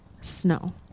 snow